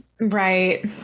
right